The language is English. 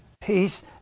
peace